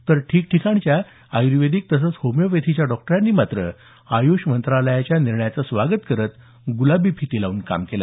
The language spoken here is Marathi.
तर ठिकठिकाणच्या आयुर्वेदिक तसंच होमिओपॅथीच्या डॉक्टरांनी मात्र आयुष मंत्रालयाच्या या निर्णयाचं स्वागत करत गुलाबी फिती लावून काम केलं